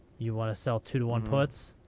you want to sell two two one puts?